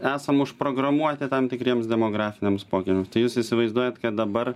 esam užprogramuoti tam tikriems demografiniams pokyčiams tai jūs įsivaizduojat kad dabar